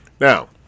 Now